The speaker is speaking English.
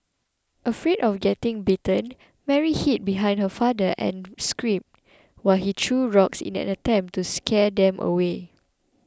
afraid of getting bitten Mary hid behind her father and screamed while he threw rocks in an attempt to scare them away